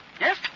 Yes